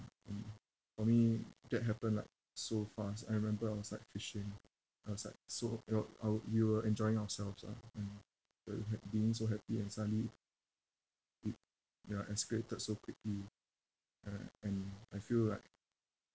for me that happened like so fast I remember I was like fishing I was like so it were our we were enjoying ourselves ah and we had been so happy and suddenly it ya escalated so quickly and and I feel like